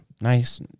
Nice